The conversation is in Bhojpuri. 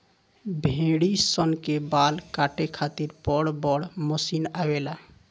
भेड़ी सन के बाल काटे खातिर बड़ बड़ मशीन आवेला